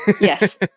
yes